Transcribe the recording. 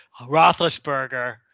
Roethlisberger